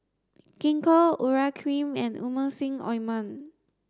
Gingko Urea cream and Emulsying ointment